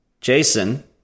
Jason